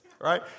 right